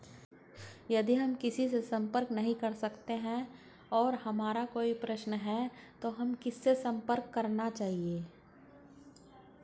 यदि हम किसी से संपर्क नहीं कर सकते हैं और हमारा कोई प्रश्न है तो हमें किससे संपर्क करना चाहिए?